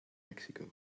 mexico